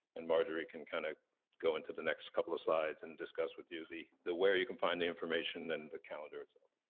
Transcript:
and marjorie can kinda go into the next couple of slides and discuss with you the the where you can find the information and the calendar itself.